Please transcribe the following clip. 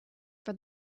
for